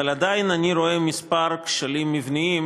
אבל עדיין אני רואה כמה כשלים מבניים,